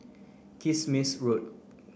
Kismis Road